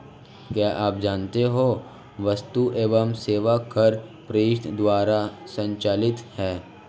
क्या आप जानते है वस्तु एवं सेवा कर परिषद द्वारा संचालित है?